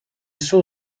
soon